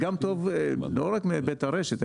זה טוב לא רק מהיבט הרשת,